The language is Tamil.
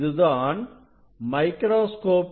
இதுதான் மைக்ராஸ்கோப்